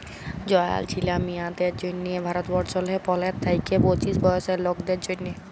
জয়াল ছিলা মিঁয়াদের জ্যনহে ভারতবর্ষলে পলের থ্যাইকে পঁচিশ বয়েসের লকদের জ্যনহে